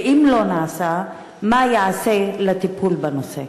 3. ואם לא נעשה, מה ייעשה לטיפול בנושא?